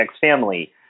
family